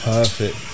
Perfect